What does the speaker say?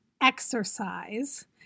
exercise